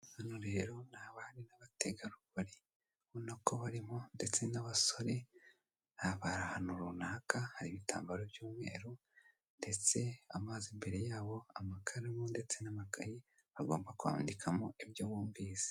Hano rero ni abari n'abategarugori, urabona ko barimo ndetse n'abasore, bari ahantu runaka hari ibitambaro by'umweru, ndetse amazi imbere yabo, amakaramu, ndetse n'amakayi bagomba kwandikamo, ibyo bumvise.